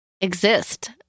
exist